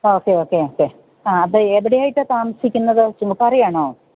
ആ okay okay അപ്പോൾ എ എവിടെയായിട്ടാണ് താമസിക്കുന്നത് ചുങ്കത്തറയാണോ